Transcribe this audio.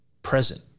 present